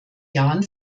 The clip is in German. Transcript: jahren